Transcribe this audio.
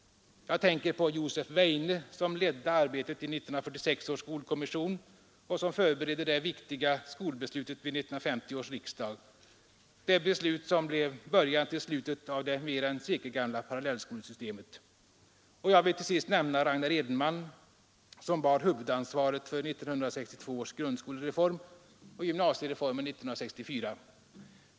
Jag tänker vidare på Josef Weijne som ledde arbetet i 1946 års skolkommission och förberedde det viktiga skolbeslutet vid 1950 års riksdag, det beslut som blev början till slutet på det mer än sekelgamla parallellskolesystemet. Till sist vill jag också nämna Ragnar Edenman, som bar huvudansvaret för 1962 års grundskolereform och gymnasiereformen 1964.